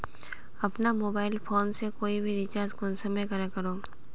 अपना mobile phone से कोई भी रिचार्ज कुंसम करे करूम?